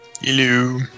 Hello